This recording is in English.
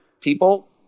people